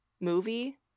movie